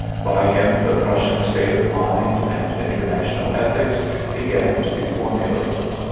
by him the prussian state of mind and international ethics began to be formulated.